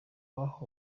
bahawe